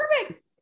Perfect